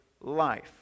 life